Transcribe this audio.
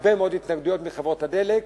הרבה מאוד התנגדויות מחברות הדלק.